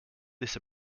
this